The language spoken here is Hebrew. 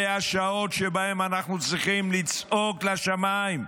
אלה השעות שבהן אנחנו צריכים לצעוק לשמיים,